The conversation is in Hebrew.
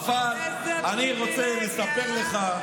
איזו פריבילגיה, אבל אני רוצה לספר לך,